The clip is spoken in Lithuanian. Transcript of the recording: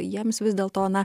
jiems vis dėlto na